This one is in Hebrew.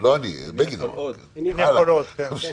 --- אם הוא חוזר כדי להיות ראש ממשלה אז בעצם קמה ממשלה,